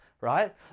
right